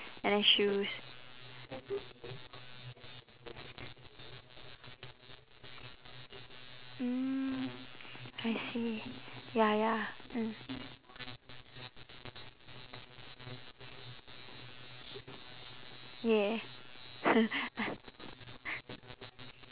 and then shoes mm I see ya ya mm ya